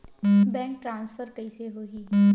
Bank transfer कइसे होही?